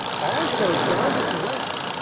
also john surratt